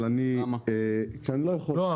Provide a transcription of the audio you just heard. דוד,